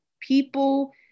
people